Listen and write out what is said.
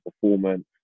performance